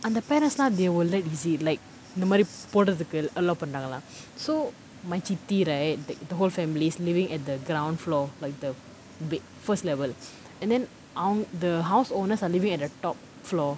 அந்த:antha parents எல்லாம்:ellaam they will let is it like இந்த மாரி போடுறதுக்கு:intha maari podurathukku allow பண்றாங்குலா:pandraangulaa so my சித்தி:chithi right like the whole family's living at the ground floor like the ba~ first level and then o~ the house owners are living at the top floor